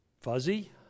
Fuzzy